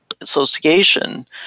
association